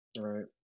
right